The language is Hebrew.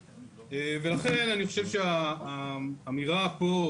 לכן אני חושב שהאמירה פה,